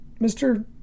Mr